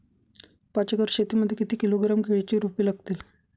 पाच एकर शेती मध्ये किती किलोग्रॅम केळीची रोपे लागतील?